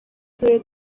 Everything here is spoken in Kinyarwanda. turere